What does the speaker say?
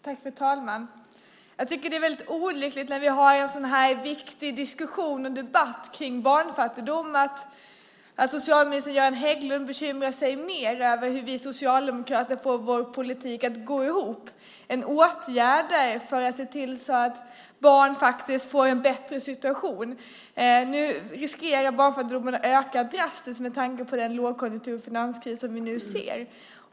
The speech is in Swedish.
Fru talman! Jag tycker att det är väldigt olyckligt att socialminister Göran Hägglund, när vi har en sådan här viktig diskussion och debatt om barnfattigdomen, bekymrar sig mer för hur vi socialdemokrater får vår politik att gå ihop än om åtgärder för att se till att barn faktiskt får en bättre situation. Barnfattigdomen riskerar att öka drastiskt med tanke på den lågkonjunktur och finanskris som vi nu ser.